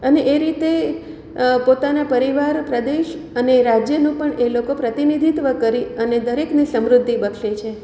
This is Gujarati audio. અને એ રીતે પોતાના પરિવાર પ્રદેશ અને રાજયનું પણ એ લોકો પ્રતિનિધિત્ત્વ કરી અને દરેકને સમૃદ્ધિ બક્ષે છે